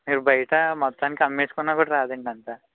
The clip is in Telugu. మీరు బయట మొత్తానికి అమ్మేసుకున్న కూడా రాదు అండి అంతా